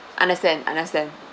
understand understand